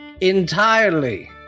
entirely